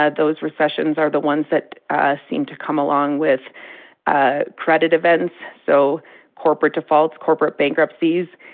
ah those recessions are the ones that seem to come along with ah credit events so corporate defaults, corporate bankruptcies,